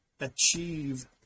achieve